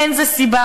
אין זו סיבה,